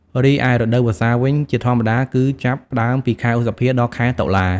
រីឯរដូវវស្សាវិញ ជាធម្មតាគឺចាប់ផ្ដើមពីខែឧសភា ដល់ខែតុលា។